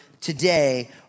today